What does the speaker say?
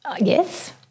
yes